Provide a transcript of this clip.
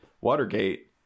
watergate